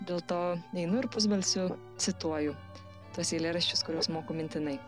dėl to einu ir pusbalsiu cituoju tuos eilėraščius kuriuos moku mintinai